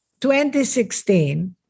2016